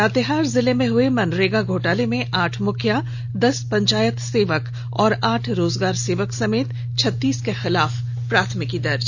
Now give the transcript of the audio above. लातेहार जिले में हुए मनरेगा घोटाले में आठ मुखिया दस पंचायत सेवक और आठ रोजगार सेवक समेत छत्तीस के खिलाफ प्राथमिकी दर्ज